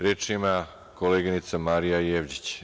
Reč ima koleginica Marija Jevđić.